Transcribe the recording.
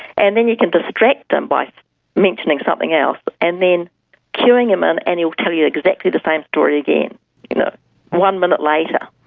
and then you can distract him um by mentioning something else, and then cueing him in and he'll tell you exactly the same story again you know one minute later.